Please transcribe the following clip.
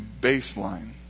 baseline